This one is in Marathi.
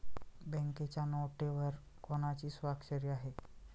बँकेच्या नोटेवर कोणाची स्वाक्षरी आहे?